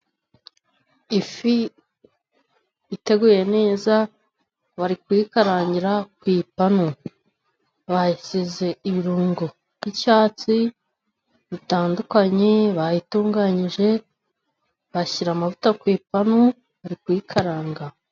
Ifi iteguye neza, bari kuyikarangira ku ipanu. Bayisize ibirungo by'icyatsi bitandukanye, bayitunganyije, bashyira amavuta ku ipanu bari kuyikaranga.